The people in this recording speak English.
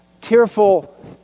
tearful